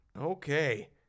okay